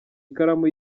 ikaramu